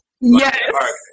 Yes